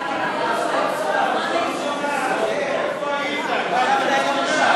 אתה עם שתי קריאות לסדר, מספיק.